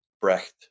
Brecht